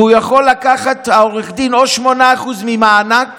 והעורך דין יכול לקחת 8% ממענק